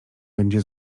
będzie